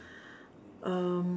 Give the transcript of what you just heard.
um